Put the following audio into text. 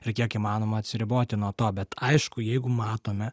ir kiek įmanoma atsiriboti nuo to bet aišku jeigu matome